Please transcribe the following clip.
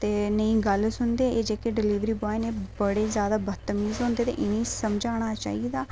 ते नेईं गल्ल सुनदे ते एह् जेह्ड़े डिलवरी बॉय बड़े जादा बदतमीज़ होंदे ते इनेंगी समझाना चाहिदा